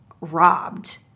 robbed